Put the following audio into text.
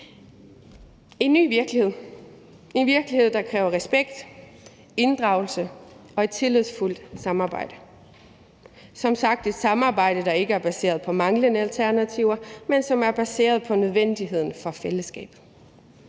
en ny virkelighed, en virkelighed, der kræver respekt, inddragelse og et tillidsfuldt samarbejde. Som sagt er det et samarbejde, der ikke er baseret på manglende alternativer, men som er baseret på nødvendigheden af fællesskabet.